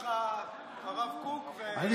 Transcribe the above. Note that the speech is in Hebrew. נשארו לך הרב קוק וכצנלסון,